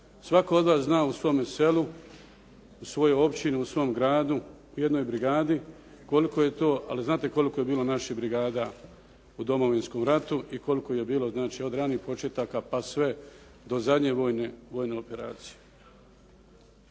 svatko od vas zna u svome selu, u svojoj općini, u svom gradu, u jednoj brigadi koliko je to. Ali znate koliko je bilo naših brigada u Domovinskom ratu i koliko ih je bilo od ranih početaka pa sve do zadnje vojne operacije.